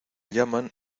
llaman